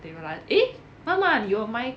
they were like eh 妈妈你有买